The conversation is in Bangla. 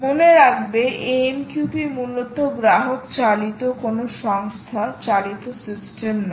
মনে রাখবে AMQP মূলত গ্রাহক চালিত কোন সংস্থা চালিত সিস্টেম নয়